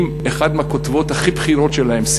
עם אחת מהכותבות הכי בכירות שלהם,